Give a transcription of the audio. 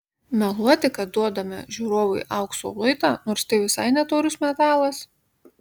meluoti kad duodame žiūrovui aukso luitą nors tai visai ne taurus metalas